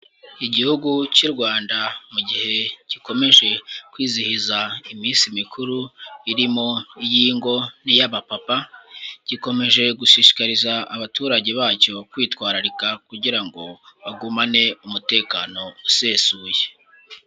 Igihugu cy'u Rwanda mu gihe gikomeje kwizihiza iminsi mikuru irimo iy'ingo n'iy'abapapa, gikomeje gushishikariza abaturage bacyo kwitwararika, kugira ngo bagumane umutekano usesuye.